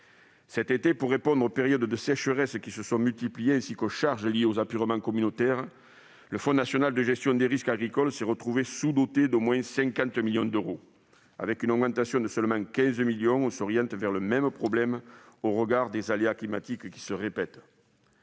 Cet été, pour répondre aux périodes de sécheresse qui se sont multipliées ainsi qu'aux charges liées aux apurements communautaires, le Fonds national de gestion des risques en agriculture s'est retrouvé sous-doté d'au moins 50 millions d'euros. Avec une augmentation de seulement 15 millions d'euros, on s'oriente vers le même problème, au regard d'aléas climatiques répétitifs.